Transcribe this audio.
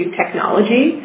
technology